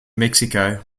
mexico